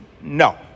no